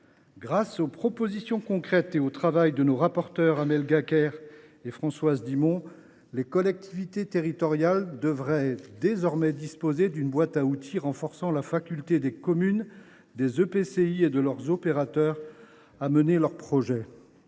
Grâce aux propositions concrètes et au travail de nos rapporteures Amel Gacquerre et Françoise Dumont, les collectivités territoriales devraient désormais disposer d’une boîte à outils renforçant la faculté des communes, des intercommunalités et de leurs opérateurs à mener leurs projets.